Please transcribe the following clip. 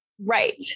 Right